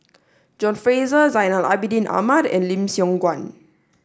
John Fraser Zainal Abidin Ahmad and Lim Siong Guan